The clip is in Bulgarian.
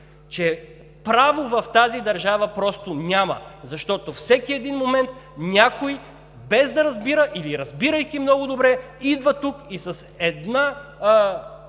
че право в тази държава просто няма, защото във всеки един момент някой – без да разбира или разбирайки много добре, идва тук и с една